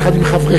יחד עם חבריכם,